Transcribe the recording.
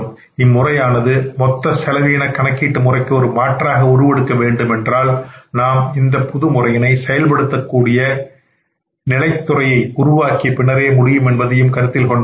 இம்முறையானது மொத்த செலவின கணக்கீட்டு முறைக்கு ஒரு மாற்றாக உருவெடுக்க வேண்டுமென்றால் நாம் இந்த புது முறையினை செயல்படுத்தக்கூடிய நிலைத்துறையை நிறுவனத்தில் உருவாக்கிய பின்னரே இதை செயல்படுத்த முடியும் என்பதையும் கருத்தில் கொள்ள வேண்டும்